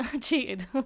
Cheated